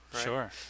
Sure